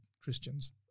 Christian's